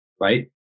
right